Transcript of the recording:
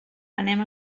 anem